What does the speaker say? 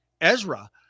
Ezra